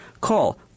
Call